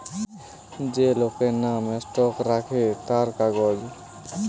যে লোকের নাম স্টক রাখে তার কাগজ